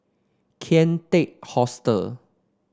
Kian Teck Hostel